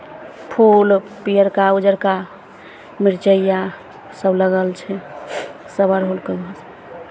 फूल पियरका उजरका मिरचैया सभ लगल छै सभ अड़हुलके गाछ